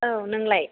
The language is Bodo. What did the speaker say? औ नोंलाय